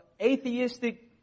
atheistic